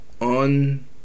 On